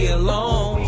alone